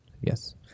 Yes